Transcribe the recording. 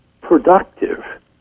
productive